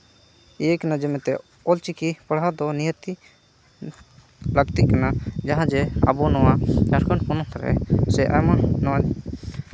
ᱚᱞ ᱪᱤᱠᱤ ᱯᱟᱲᱦᱟᱣ ᱫᱚ ᱱᱤᱦᱟᱹᱛ ᱜᱮ ᱞᱟᱹᱠᱛᱤᱜ ᱠᱟᱱᱟ ᱡᱟᱦᱟᱸ ᱡᱮ ᱟᱵᱚ ᱱᱚᱣᱟ ᱡᱷᱟᱲᱠᱷᱚᱸᱰ ᱯᱚᱱᱚᱛ ᱨᱮ ᱥᱮ ᱟᱭᱢᱟ ᱱᱚᱣᱟ